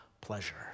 pleasure